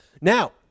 Now